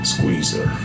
Squeezer